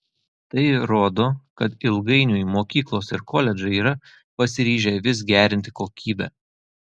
tai rodo kad ilgainiui mokyklos ir koledžai yra pasiryžę vis gerinti kokybę